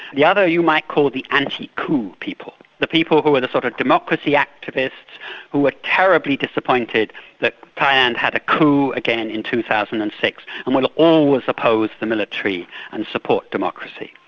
the other you might call the anti-coup people, the people who are the sort of democracy activists who are terribly disappointed that thailand had a coup again in two thousand and six, and will always oppose the military and support democracy.